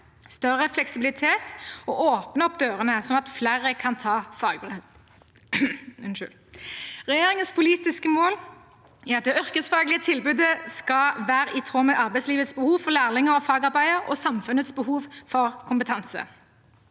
større fleksibilitet og åpner opp dørene, slik at flere kan ta fagbrev. Regjeringens politiske mål er at det yrkesfaglige tilbudet skal være i tråd med arbeidslivets behov for lærlinger og fagarbeidere og samfunnets behov for kompetanse.